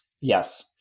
Yes